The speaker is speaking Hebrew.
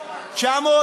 אני חניך תורן.